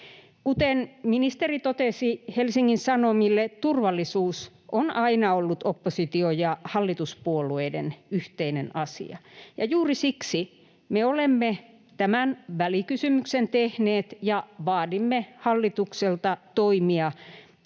Kuten ministeri totesi Helsingin Sanomille, turvallisuus on aina ollut oppositio- ja hallituspuolueiden yhteinen asia, ja juuri siksi me olemme tämän välikysymyksen tehneet ja vaadimme hallitukselta toimia,